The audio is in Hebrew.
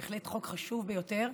זה בהחלט חוק חשוב ביותר.